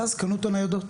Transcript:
ואז קנו את הניידות.